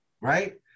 Right